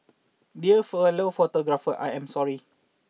dear fellow photographers I am sorry